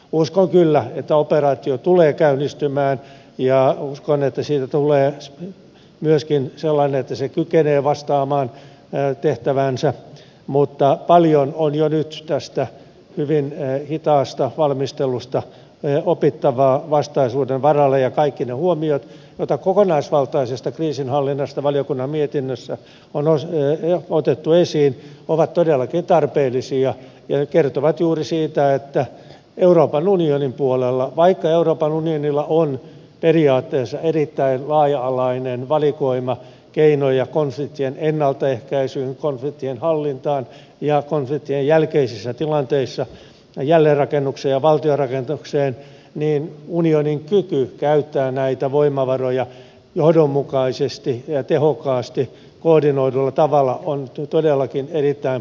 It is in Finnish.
uskon kyllä että operaatio tulee käynnistymään ja uskon että siitä tulee myöskin sellainen että se kykenee vastaamaan tehtäväänsä mutta paljon on jo nyt tästä hyvin hitaasta valmistelusta opittavaa vastaisuuden varalle ja kaikki ne huomiot joita kokonaisvaltaisesta kriisinhallinnasta valiokunnan mietinnössä on otettu esiin ovat todellakin tarpeellisia ja kertovat juuri siitä että vaikka euroopan unionilla on periaatteessa erittäin laaja alainen valikoima keinoja konfliktien ennaltaehkäisyyn konfliktien hallintaan ja konfliktien jälkeisissä tilanteissa jälleenrakennukseen ja valtion rakennukseen unionin kyky käyttää näitä voimavaroja johdonmukaisesti ja tehokkaasti koordinoidulla tavalla on todellakin erittäin puutteellinen